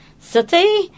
city